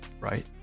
right